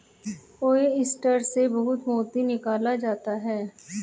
oyster से बहुत मोती निकाला जाता है